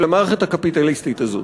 של המערכת הקפיטליסטית הזאת,